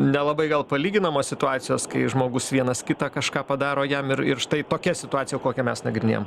nelabai gal palyginamos situacijos kai žmogus vienas kitą kažką padaro jam ir ir štai tokia situacija kokią mes nagrinėjam